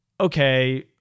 Okay